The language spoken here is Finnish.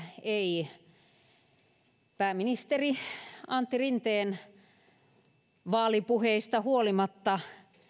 ei pääministeri antti rinteen vaalipuheista huolimatta